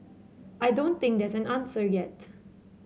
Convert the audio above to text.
I don't think there's an answer yet